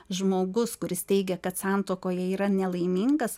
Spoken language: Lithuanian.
žmogus kuris teigia kad santuokoje yra nelaimingas